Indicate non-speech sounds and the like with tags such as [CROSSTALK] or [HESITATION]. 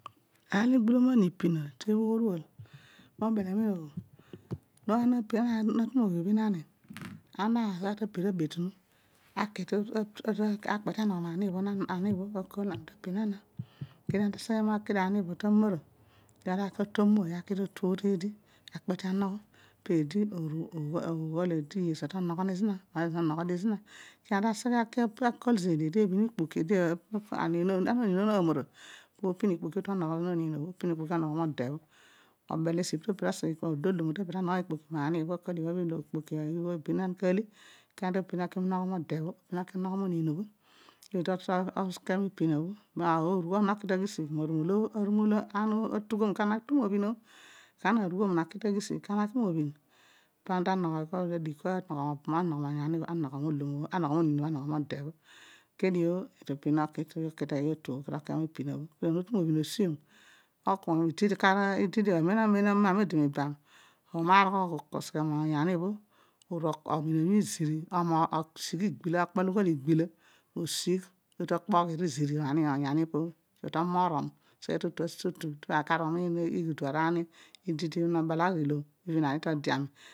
Aar olo igboloman ipina mibol amen obho, [NOISE] ana na ghi, [NOISE] ana ta pira abetunu [UNINTELLIGIBLE] aki anogho me ani bho. Akol ani ta kpe te anogho ma eni bho akol ami ni tu nobhin onuma, kedio ani bho ta mooy aki ta anooy dedi kedio anata kpe te anogho [HESITATION] peedi uru eedi teneghe zina enyi ezoor onogho zina, po to pin okpo oki omogbo mo oniin bho anogho maani bho, opin okpoki oki onogho moode bho ana ta nogho mikpoki mani obho akua ibha ikpoki olo ana alena kana ta anogho ta le kana ta anogho moniin bho anogho. Mo ode bho kedio to pin oki te bher arooy otu otubho bher arooy otu otu bho kedio ntotu mobhin osiom kedio n totu mobhin osiom po seghe mo onyani omin iziri, osigh aar olo ughol igbila, osigh kedio to kpoghi iziri bho onyani po obho luedio to moorom ani ulaar umiin ighudu arani olo nebalagh ilom, even ani tode ami.